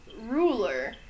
ruler